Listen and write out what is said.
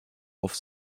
auf